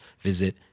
visit